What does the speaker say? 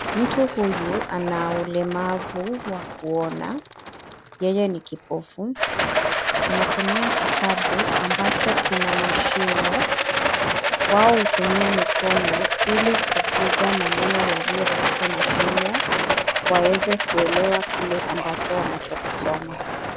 Mtu huyu ana ulemavu wa kuona. Yeye ni kipofu. Anatumia kitabu ambacho kina mashimo. Wao hutumia mikono ili kuguza maneno yaliyo katika mashimo waweze kuelewa kile ambacho wanachokisoma.